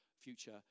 future